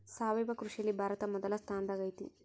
ಸಾವಯವ ಕೃಷಿಯಲ್ಲಿ ಭಾರತ ಮೊದಲ ಸ್ಥಾನದಾಗ್ ಐತಿ